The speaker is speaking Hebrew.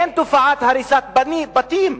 אין תופעה כזאת של בתים.